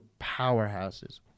powerhouses